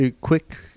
quick